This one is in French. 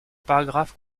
paragraphe